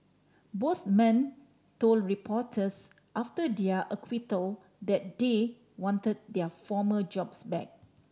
both men told reporters after their acquittal that they want their former jobs back